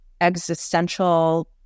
existential